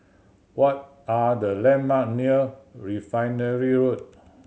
what are the landmark near Refinery Road